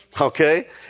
Okay